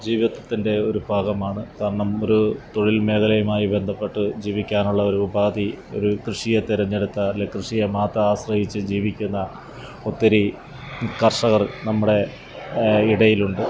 ജീവിതത്തിൻ്റെ ഒരു ഭാഗമാണ് കാരണം ഒരു തൊഴിൽ മേഖലയുമായി ബന്ധപ്പെട്ട് ജീവിക്കാനുള്ള ഒരു ഉപാധി ഒരു കൃഷിയെ തെരഞ്ഞെടുത്താൽ കൃഷിയെ മാത്രം ആശ്രയിച്ച് ജീവിക്കുന്ന ഒത്തിരി കർഷകർ നമ്മുടെ ഇടയിലുണ്ട്